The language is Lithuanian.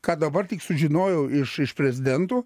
ką dabar tik sužinojau iš iš prezidento